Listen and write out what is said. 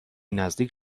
نزدیک